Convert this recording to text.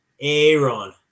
Aaron